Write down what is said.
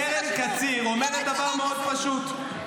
קרן קציר אומרת דבר מאוד פשוט,